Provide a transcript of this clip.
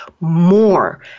more